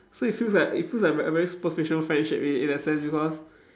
so it feels like it feels like a very very superficial friendship in in that sense because